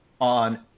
on